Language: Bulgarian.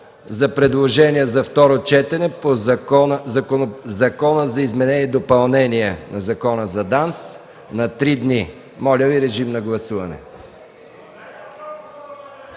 за предложения за второ четене по Закона за изменение и допълнение на Закона за ДАНС на три дни. Моля, гласувайте.